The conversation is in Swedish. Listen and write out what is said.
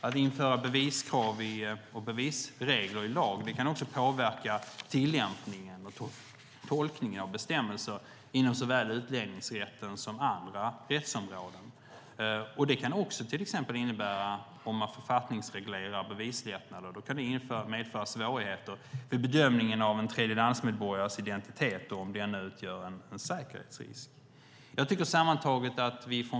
Att införa beviskrav och bevisregler i lag kan också påverka tillämpning och tolkning av bestämmelser inom såväl utlänningsrätten som andra rättsområden. Författningsreglerar man bevislättnader kan också medföra svårigheter vid bedömningen av en tredjelandsmedborgares identitet och om den utgör en säkerhetsrisk.